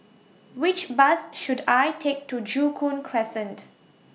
Which Bus should I Take to Joo Koon Crescent